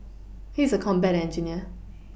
he is a combat engineer